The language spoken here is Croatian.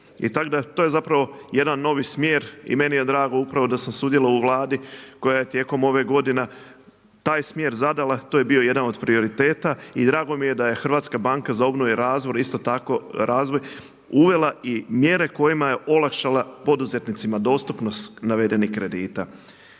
i tako da to je zapravo jedan novi smjer i meni je drago upravo da sam sudjelovao u Vladi koja je tijekom ove godine taj smjer zadala. To je bio jedan od prioriteta i drago mi je da je HBOR isto tako uvela i mjere kojima je olakšala poduzetnicima dostupnost navedenih kredita.